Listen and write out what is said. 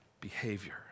behavior